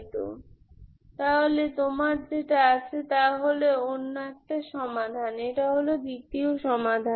সুতরাং তোমার যেটা আছে তা হল অন্য একটি সমাধান এটা হল দ্বিতীয় সমাধান